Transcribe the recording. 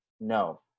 no